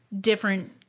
different